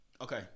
Okay